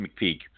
McPeak –